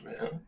man